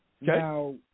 Now